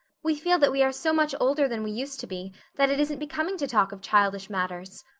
we feel that we are so much older than we used to be that it isn't becoming to talk of childish matters.